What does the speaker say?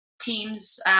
teams